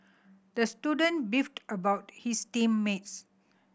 the student beefed about his team mates